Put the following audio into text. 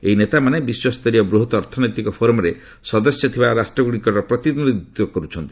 ଏହି ନେତାମାନେ ବିଶ୍ୱସ୍ତରୀୟ ବୃହତ୍ ଅର୍ଥନୈତିକ ଫୋରମ୍ରେ ସଦସ୍ୟ ଥିବା ରାଷ୍ଟ୍ରଗୁଡ଼ିକର ପ୍ରତିନିଧିତ୍ୱ କରୁଛନ୍ତି